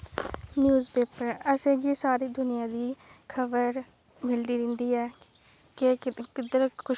जियां कि तुसैं एह्दै बिच्च पुच्छे दा कि कियां असैं सुरक्षा कन्नै